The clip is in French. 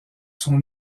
son